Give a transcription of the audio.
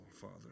Father